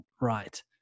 right